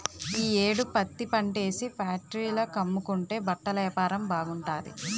ఈ యేడు పత్తిపంటేసి ఫేట్రీల కమ్ముకుంటే బట్టలేపారం బాగుంటాది